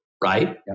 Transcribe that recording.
right